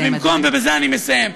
בזה אני מסיים.